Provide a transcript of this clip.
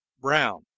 brown